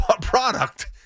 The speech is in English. product